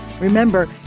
Remember